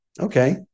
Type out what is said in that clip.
Okay